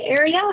area